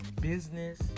business